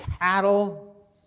cattle